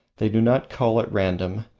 they do not cull at random,